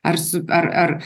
ar su ar ar